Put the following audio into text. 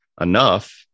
enough